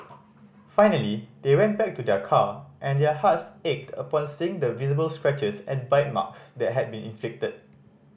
finally they went back to their car and their hearts ached upon seeing the visible scratches and bite marks that had been inflicted